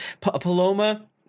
Paloma